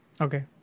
Okay